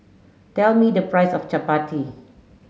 tell me the price of Chappati